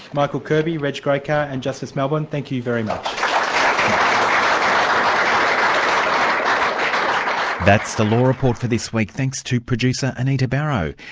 michael kirby, reg graycar and justin malbon, thank you very much. applause. um that's the law report for this week. thanks to producer anita barraud.